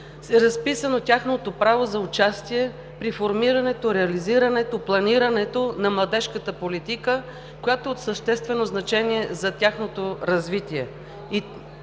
разписано тяхното право за участие при формирането, реализирането и планирането на младежката политика, която е от съществено значение за тяхното развитие.